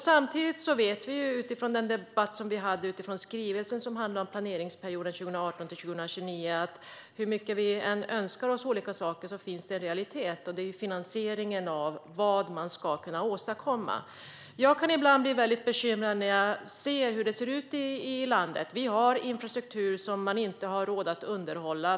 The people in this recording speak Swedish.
Samtidigt vet vi, utifrån den debatt som vi hade om skrivelsen som handlade om planeringsperioden 2018-2029, att hur mycket vi än önskar oss olika saker måste vi förhålla oss till en realitet, nämligen finansieringen av vad man vill åstadkomma. Jag kan ibland bli bekymrad när jag ser hur det ser ut i landet. Vi har en infrastruktur som man inte har råd att underhålla.